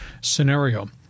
scenario